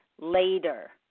later